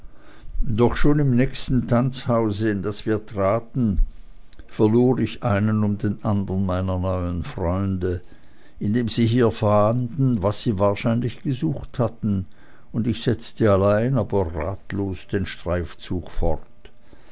doch schon im nächsten tanzhause in das wir traten verlor ich einen um den andern meiner neuen freunde indem sie hier fanden was sie wahrscheinlich gesucht hatten und ich setzte allein aber rastlos den streifzug fort